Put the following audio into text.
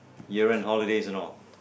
you're in holidays and all